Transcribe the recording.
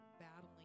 battling